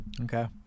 Okay